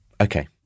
okay